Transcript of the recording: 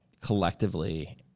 collectively